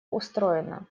устроено